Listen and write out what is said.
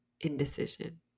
indecision